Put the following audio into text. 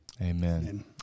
Amen